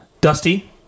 Dusty